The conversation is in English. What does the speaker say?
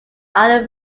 are